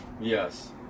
Yes